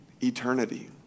eternity